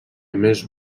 més